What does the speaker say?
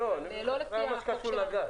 אני מדבר על מה שקשור לגז.